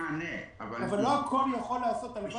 אבל לא הכול יכול להיעשות הלוואי